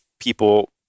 people